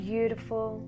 beautiful